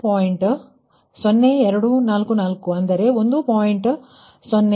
0244 ಅಂದರೆ 1